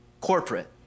corporate